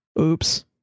oops